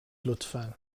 لطفا